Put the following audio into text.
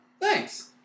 Thanks